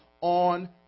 on